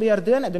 אדוני היושב-ראש,